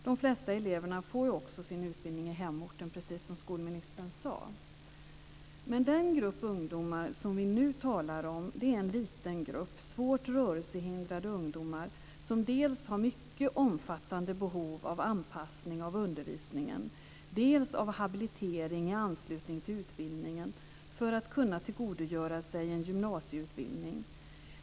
De flesta eleverna får också sin utbildning i hemorten, precis som skolministern sade. Men den grupp ungdomar som vi talar om nu är en liten grupp svårt rörelsehindrade ungdomar, som har mycket omfattande behov dels av anpassning av undervisningen, dels av habilitering i anslutning till utbildningen för att kunna tillgodogöra sig en gymnasieutbildning.